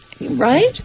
Right